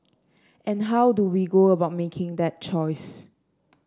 and how do we go about making that choice